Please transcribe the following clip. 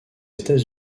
états